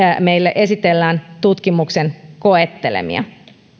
meille esitellään tutkimuksen koettelemia